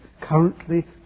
currently